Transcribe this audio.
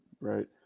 right